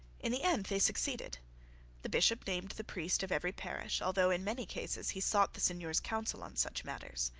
in the end they succeeded the bishop named the priest of every parish, although in many cases he sought the seigneur's counsel on such matters.